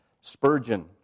Spurgeon